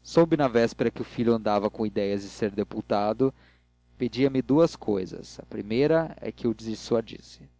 soube na véspera que o filho andava com idéias de ser deputado pedia-me duas cousas a primeira é que o dissuadisse mas